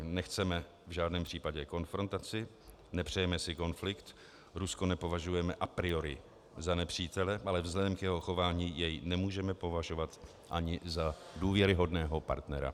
Nechceme v žádném případě konfrontaci, nepřejeme si konflikt, Rusko nepovažujeme a priori za nepřítele, ale vzhledem k jeho chování jej nemůžeme považovat ani za důvěryhodného partnera.